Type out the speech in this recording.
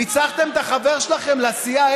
ניצחתם את החבר שלכם לסיעה,